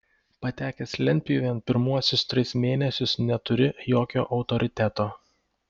patekęs lentpjūvėn pirmuosius tris mėnesius neturi jokio autoriteto